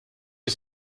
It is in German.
die